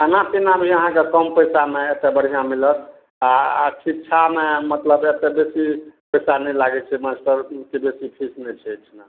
एना कोना भी अहाँकेँ कम पइसामे एतए बढ़िआँ मिलत आओर शिक्षामे मतलब एतए बेसी पइसा नहि लागै छै मास्टरके बेसी फीस नहि छै एहिठिना